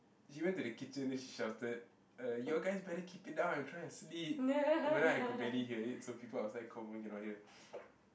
she went to the kitchen then she shouted uh y'all guys better keep it down I'm trying to sleep but then I could barely hear it so people outside confirm cannot hear